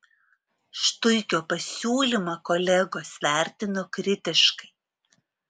štuikio pasiūlymą kolegos vertino kritiškai